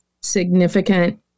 significant